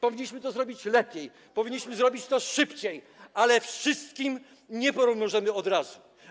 Powinniśmy to zrobić lepiej, powinniśmy to zrobić szybciej, ale wszystkim nie pomożemy od razu.